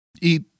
eat